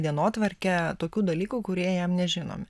dienotvarkę tokių dalykų kurie jam nežinomi